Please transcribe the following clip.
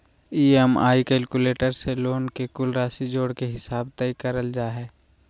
EMI calculator से loan के कुल राशि जोड़ के हिसाब तय करल जा हय